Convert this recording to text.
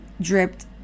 dripped